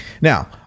Now